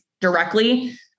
directly